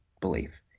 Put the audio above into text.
belief